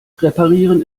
reparieren